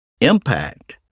impact